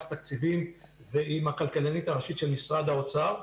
התקציבים ועם הכלכלנית הראשית של משרד האוצר,